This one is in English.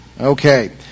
Okay